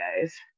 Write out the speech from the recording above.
guys